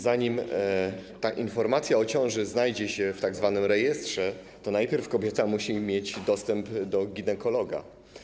Zanim ta informacja o ciąży znajdzie się w tzw. rejestrze, to najpierw kobieta musi mieć dostęp do ginekologa.